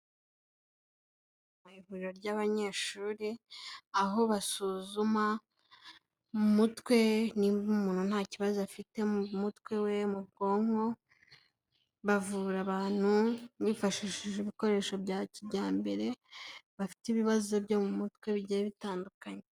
Mu ivuriro ry'abanyeshuri, aho basuzuma mu mutwe niba umuntu nta kibazo afite mu mutwe we mu bwonko, bavura abantu bifashishije ibikoresho bya kijyambere, bafite ibibazo byo mu mutwe bigiye bitandukanye.